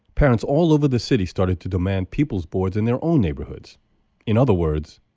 parents all over the city started to demand people's boards in their own neighborhoods in other words,